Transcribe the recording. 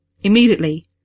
Immediately